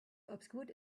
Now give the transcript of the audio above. obscured